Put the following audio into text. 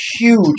huge